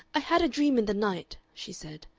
i had a dream in the night, she said.